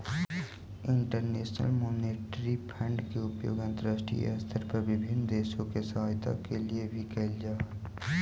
international Monetary Fund के प्रयोग अंतरराष्ट्रीय स्तर पर विभिन्न देश के सहायता के लिए भी कैल जा हई